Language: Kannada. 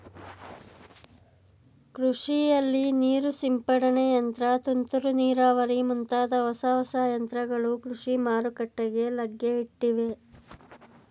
ಕೃಷಿಯಲ್ಲಿ ನೀರು ಸಿಂಪಡನೆ ಯಂತ್ರ, ತುಂತುರು ನೀರಾವರಿ ಮುಂತಾದ ಹೊಸ ಹೊಸ ಯಂತ್ರಗಳು ಕೃಷಿ ಮಾರುಕಟ್ಟೆಗೆ ಲಗ್ಗೆಯಿಟ್ಟಿವೆ